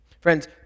Friends